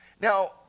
Now